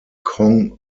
kong